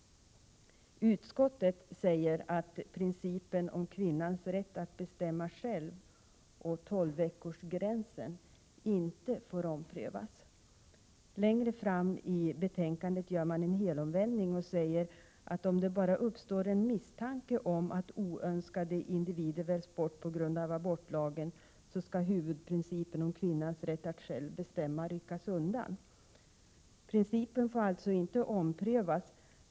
Utskottet säger att principen om kvinnans rätt att själv bestämma och 12-veckorsgränsen inte får omprövas. Längre fram i betänkandet gör man en helomvändning och säger att om det bara uppstår en misstanke om att oönskade individer väljs bort på grund av abortlagen, skall huvudprincipen om kvinnans rätt att själv bestämma ryckas undan. Principen får alltså inte omprövas.